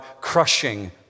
crushing